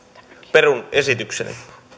perun esitykseni